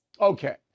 Okay